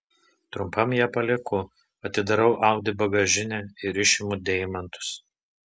trumpam ją palieku atidarau audi bagažinę ir išimu deimantus